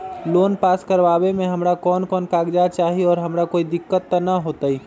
Loan पास करवावे में हमरा कौन कौन कागजात चाही और हमरा कोई दिक्कत त ना होतई?